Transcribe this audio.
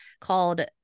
called